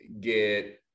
get